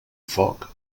foc